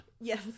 Yes